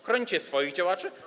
Chronicie swoich działaczy?